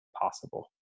possible